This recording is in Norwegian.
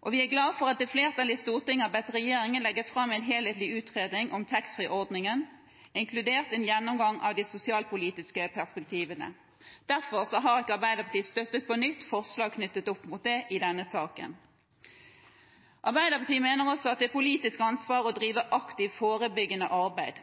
Og vi er glad for at flertallet i Stortinget har bedt regjeringen legge fram en helhetlig utredning om taxfree-ordningen, inkludert en gjennomgang av de sosialpolitiske perspektivene. Derfor har ikke Arbeiderpartiet på nytt støttet forslag knyttet opp mot det i denne saken. Arbeiderpartiet mener også at det er et politisk ansvar å drive aktivt forebyggende arbeid.